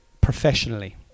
professionally